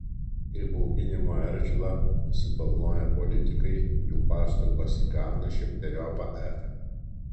kai bauginimo eržilą pasibalnoja politikai jų pastangos įgauna šimteriopą efektą